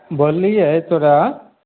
बोललियै तोरा